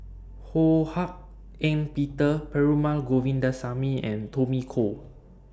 Ho Hak Ean Peter Perumal Govindaswamy and Tommy Koh